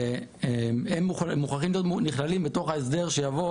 והם מוכרחים להיות נכללים בתוך ההסדר שיבוא